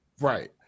Right